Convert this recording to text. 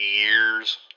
years